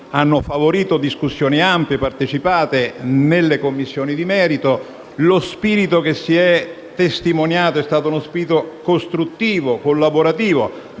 hanno favorito discussioni ampie e partecipate nelle Commissioni di merito. Lo spirito testimoniato è stato costruttivo e collaborativo,